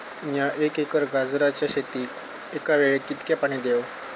मीया एक एकर गाजराच्या शेतीक एका वेळेक कितक्या पाणी देव?